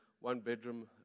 one-bedroom